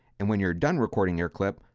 and when you're done recording your clip,